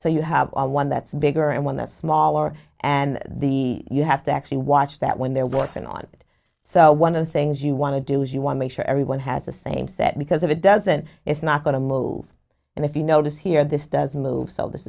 so you have one that's bigger and one the smaller and the you have to actually watch that when they're working on it so one of the things you want to do is you want to make sure everyone has the same set because if it doesn't it's not going to move and if you notice here this doesn't move so this